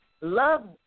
Love